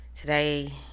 today